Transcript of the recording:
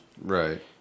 Right